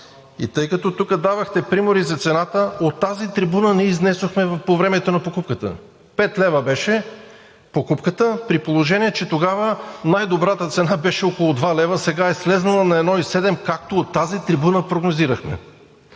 Тъй като тук давахте примери за цената. От тази трибуна ние я изнесохме по времето на покупката – 5 лв. беше покупката, при положение че тогава най добрата цена беше около 2 лв., сега е слязла на 1,7, както от тази трибуна прогнозирахме.